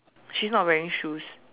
she's not wearing shoes